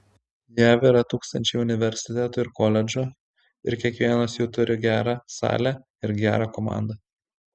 jav yra tūkstančiai universitetų ir koledžų ir kiekvienas jų turi gerą salę ir gerą komandą